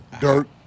Dirt